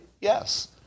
yes